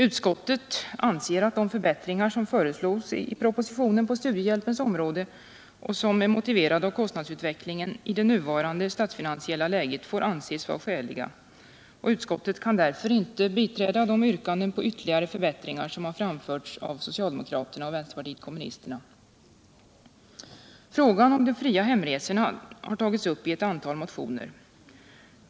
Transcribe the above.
Utskottet anser att de förbättringar som föreslås i propositionen på studiehjälpens område och som är motiverade av kostnadsutvecklingen i det nuvarande statsfinansiella läget får anses vara skäliga. Utskottet kan därför inte biträda de yrkanden på ytterligare förbättringar som framförts av socialdemokraterna och vänsterpartiet kommunisterna. Frågan om fria hemresor har tagits upp i ett antal motioner.